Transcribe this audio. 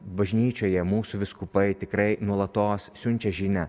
bažnyčioje mūsų vyskupai tikrai nuolatos siunčia žinią